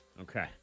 Okay